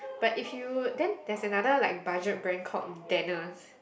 but if you then there's another like budget brand called Dannas